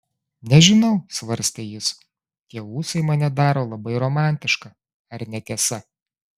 nežinau svarstė jis tie ūsai mane daro labai romantišką ar ne tiesa